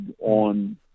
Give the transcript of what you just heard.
on